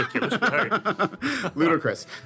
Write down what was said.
Ludicrous